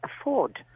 afford